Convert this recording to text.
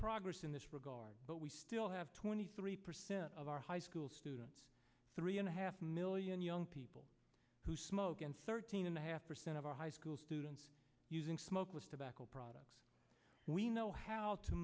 progress in this regard but we still have twenty three percent of our high school students three and a half million young people who smoke and thirteen and a half percent of our high school students using smokeless tobacco products we know how to